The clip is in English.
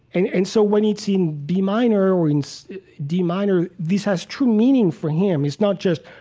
and and so when it's in b minor, or in so d minor this has true meaning for him. it's not just,